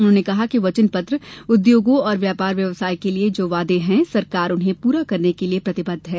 उन्होंने कहा कि वचन पत्र उद्योगों और व्यापार व्यवसाय के लिये जो वादे हैं सरकार उन्हें पूरा करने के लिये प्रतिबद्ध है